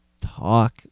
talk